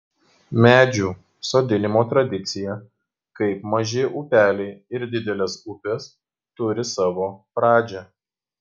medžių sodinimo tradicija kaip maži upeliai ir didelės upės turi savo pradžią